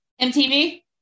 MTV